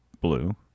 blue